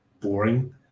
boring